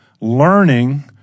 learning